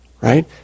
Right